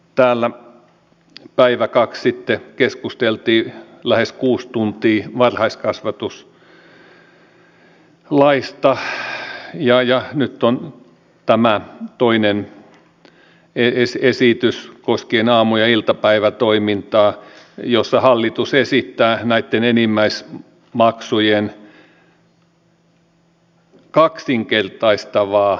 täällä päivä kaksi sitten keskusteltiin lähes kuusi tuntia varhaiskasvatuslaista ja nyt on tämä toinen esitys koskien aamu ja iltapäivätoimintaa jossa hallitus esittää näitten enimmäismaksujen kaksinkertaistavaa korotusta